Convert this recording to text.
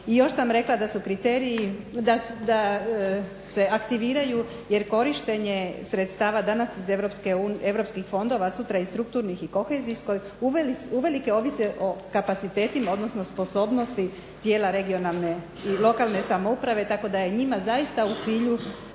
da su kriteriji, da se aktiviraju jer korištenje sredstava danas iz europskih fondova, a sutra iz strukturnih i kohezijskog uvelike ovise o kapacitetima odnosno sposobnosti tijela regionalne i lokalne samouprave tako da je njima zaista u cilju